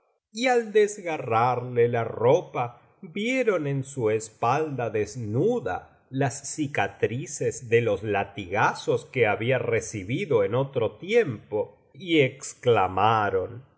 y al desgarrarle la ropa vieron en su espalda desnuda las cicatrices de los latigazos que había recibido en otro tiempo y exclamaron